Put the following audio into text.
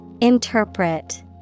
Interpret